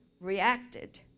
reacted